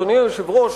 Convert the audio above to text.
אדוני היושב-ראש,